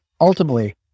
Ultimately